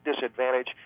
disadvantage